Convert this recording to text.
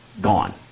Gone